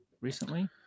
recently